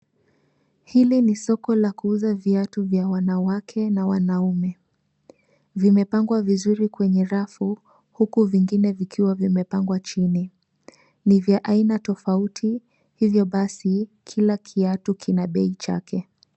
Hili ni soko la kuuza viatu vya wanawake na wanaume. Vimepangwa vizuri kwenye rafu huku vingine vikiwa vimepangwa chini. Ni vya aina tofauti hivyo basi kila kiatu kina bei chake.